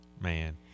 Man